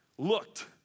Looked